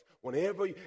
Whenever